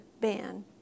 ban